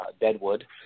Deadwood